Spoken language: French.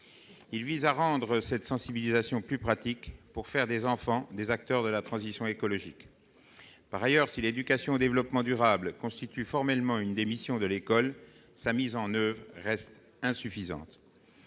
Il vise à rendre cette sensibilisation plus pratique ; ainsi, les enfants deviendront des acteurs de la transition écologique. Par ailleurs, si l'éducation au développement durable constitue formellement l'une des missions de l'école, sa mise en oeuvre reste insuffisante.